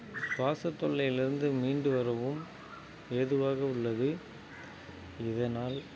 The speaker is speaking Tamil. சுவாசத் தொல்லையிலிருந்து மீண்டு வரவும் ஏதுவாக உள்ளது இதனால்